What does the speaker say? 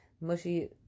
mushy